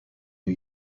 new